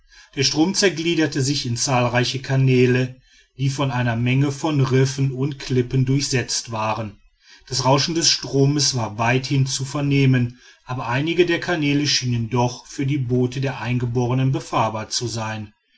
der strom zergliederte sich in zahlreiche kanäle die von einer menge von riffen und klippen durchsetzt waren das rauschen des stroms war weithin zu vernehmen aber einige der kanäle schienen doch für die boote der eingeborenen befahrbar zu sein